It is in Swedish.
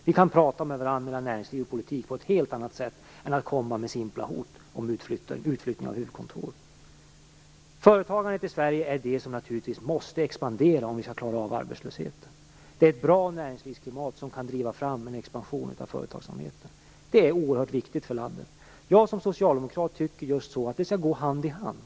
Vi, representanter för näringsliv och politik, kan prata med varandra och inte bara komma med simpla hot om utflyttning av huvudkontor. Företagandet i Sverige måste naturligtvis expandera om vi skall klara av arbetslösheten. Det som kan driva fram en expansion av företagsamheten är ett bra näringslivsklimat. Det är oerhört viktigt för landet. Som socialdemokrat tycker jag att vi skall gå hand i hand.